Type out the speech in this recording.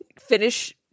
Finish